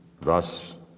thus